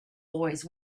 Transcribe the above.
always